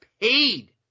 paid